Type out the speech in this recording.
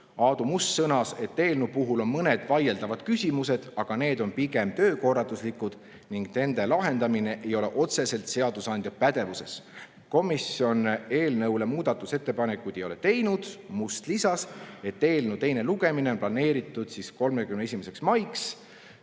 Aadu Must sõnas, et eelnõu puhul on mõned vaieldavad küsimused, aga need on pigem töökorralduslikud ning nende lahendamine ei ole otseselt seadusandja pädevuses. Komisjon eelnõu kohta muudatusettepanekuid ei ole teinud. Must lisas, et eelnõu teine lugemine on planeeritud 31. maiks.